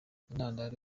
intandaro